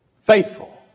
faithful